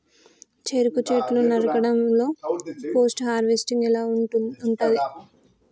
చెరుకు చెట్లు నరకడం లో పోస్ట్ హార్వెస్టింగ్ ఎలా ఉంటది?